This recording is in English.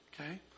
Okay